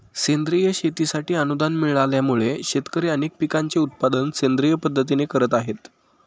सेंद्रिय शेतीसाठी अनुदान मिळाल्यामुळे, शेतकरी अनेक पिकांचे उत्पादन सेंद्रिय पद्धतीने करत आहेत